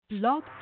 blog